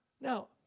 Now